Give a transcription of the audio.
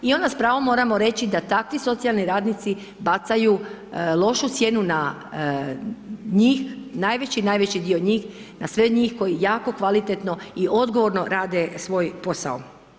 I onda s pravom moramo reći da takvi socijalni radnici bacaju lošu sjenu na njih, najveći i najveći dio njih na sve njih koji jako kvalitetno i odgovorno rade svoj posao.